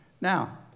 Now